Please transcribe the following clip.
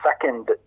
second